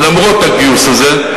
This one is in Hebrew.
למרות הגיוס הזה,